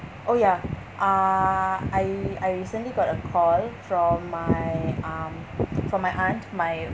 oh ya uh I I recently got a call from my um from my aunt my